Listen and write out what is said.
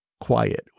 quiet